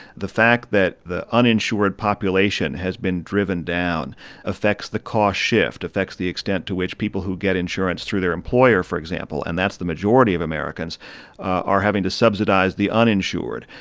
the fact that the uninsured population has been driven down affects the cost shift, affects the extent to which people who get insurance through their employer, for example and that's the majority of americans are having to subsidize the uninsured.